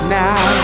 now